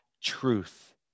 truth